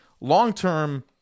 long-term